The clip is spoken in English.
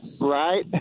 Right